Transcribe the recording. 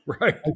Right